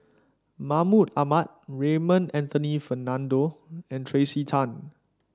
Mahmud Ahmad Raymond Anthony Fernando and Tracey Tan